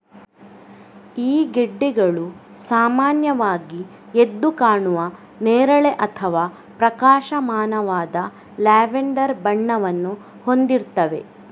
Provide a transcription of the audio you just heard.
ಈ ಗೆಡ್ಡೆಗಳು ಸಾಮಾನ್ಯವಾಗಿ ಎದ್ದು ಕಾಣುವ ನೇರಳೆ ಅಥವಾ ಪ್ರಕಾಶಮಾನವಾದ ಲ್ಯಾವೆಂಡರ್ ಬಣ್ಣವನ್ನು ಹೊಂದಿರ್ತವೆ